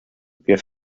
wir